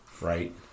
right